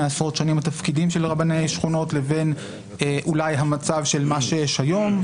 עשרות שנים התפקידים של רבני שכונות לבין אולי המצב שיש היום,